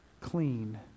clean